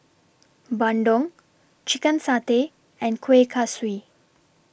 Bandung Chicken Satay and Kuih Kaswi